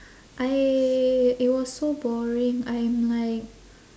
I it was so boring I am like